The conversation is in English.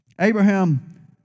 Abraham